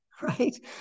right